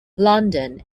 london